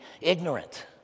ignorant